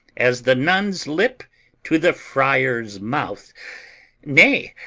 as the nun's lip to the friar's mouth nay,